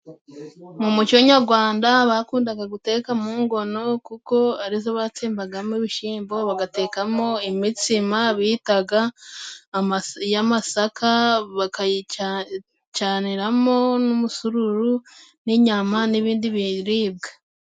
Mu muco nyagwanda bakundaga guteka mu ngono, kuko ari zo batsimbagamo ibishimbo, bagatekamo imitsima bitaga iy'amasaka, bakayicaniramo n'umusururu, n'inyama n'ibindi biribwa.